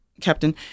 Captain